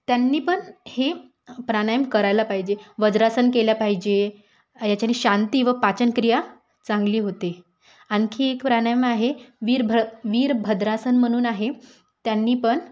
त्यांनी पण हे प्राणायाम करायला पाहिजे वज्रासन केलं पाहिजे याच्यानी शांती व पाचनक्रिया चांगली होते आणखी एक प्राणायाम आहे वीरभ्र वीरभद्रासन म्हणून आहे त्यांनी पण